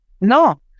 No